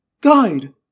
Guide